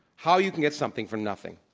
how you can get something from nothing.